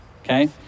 okay